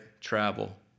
Travel